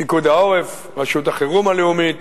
פיקוד העורף, רשות החירום הלאומית,